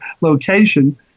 location